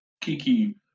Kiki